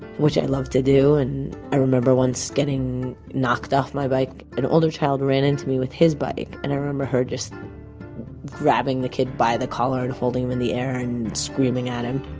which i loved to do and i remember once getting knocked off my bike. an older child ran into me with his bike and i remember her just grabbing the kid by the collar and holding him in the air and screaming at him